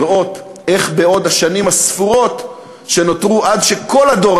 לראות איך בשנים הספורות שנותרו עד שכל הדור